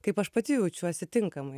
kaip aš pati jaučiuosi tinkamai